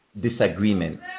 disagreement